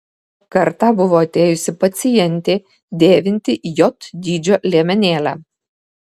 kartą buvo atėjusi pacientė dėvinti j dydžio liemenėlę